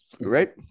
right